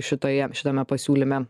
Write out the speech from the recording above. šitoje šitame pasiūlyme